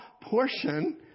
portion